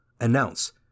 announce